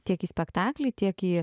tiek į spektaklį tiek į